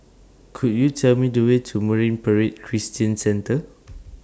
Could YOU Tell Me The Way to Marine Parade Christian Centre